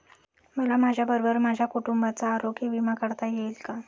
मला माझ्याबरोबर माझ्या कुटुंबाचा आरोग्य विमा काढता येईल का?